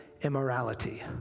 Immorality